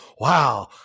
Wow